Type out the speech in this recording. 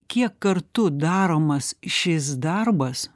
kiek kartu daromas šis darbas